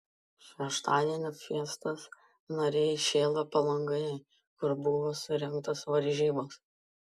šeštadienį fiestos nariai šėlo palangoje kur buvo surengtos varžybos